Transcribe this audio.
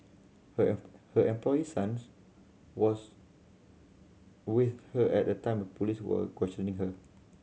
her her employer's sons was with her at the time police were questioning her